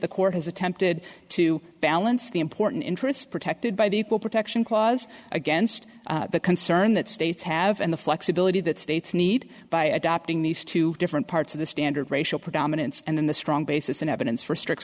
the court has attempted to balance the important interests protected by the equal protection clause against the concern that states have and the flexibility that states need by adopting these two different parts of the standard racial predominance and then the strong basis in evidence for strict